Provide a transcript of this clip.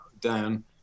down